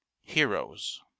Heroes